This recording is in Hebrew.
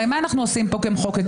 הרי מה אנחנו עושים פה כמחוקקים?